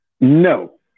No